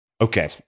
Okay